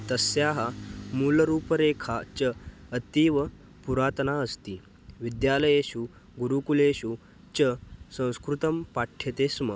तस्याः मूलरूपरेखा च अतीव पुरातना अस्ति विद्यालयेषु गुरुकुलेषु च संस्कृतं पाठ्यते स्म